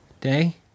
day